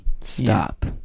Stop